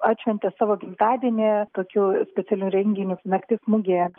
atšventė savo gimtadienį tokių specialių renginių naktis mugėje